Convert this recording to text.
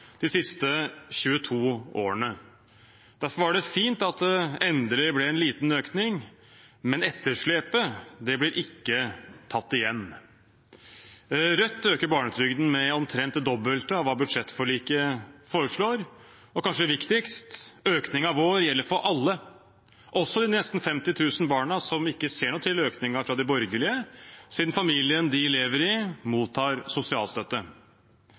de siste 22 årene. Derfor var det fint at det endelig ble en liten økning, men etterslepet blir ikke tatt igjen. Rødt øker barnetrygden med omtrent det dobbelte av hva budsjettforliket foreslår. Og kanskje viktigst: Økningen vår gjelder for alle, også de nesten 50 000 barna som ikke ser noe til økningen fra de borgerlige, siden familien de lever i, mottar sosialstøtte.